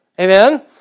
Amen